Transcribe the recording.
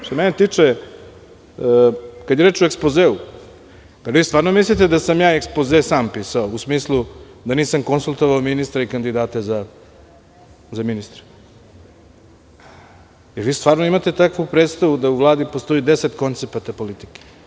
Što se mene tiče, kada je reč o ekspozeu, zar stvarno mislite da sam ekspoze sam pisao, u smislu da nisam konsultovao ministre i kandidate za ministre, stvarno imate takvu predstavu da u Vladi postoji deset koncepata politike?